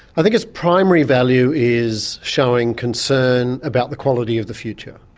i think its primary value is showing concern about the quality of the future.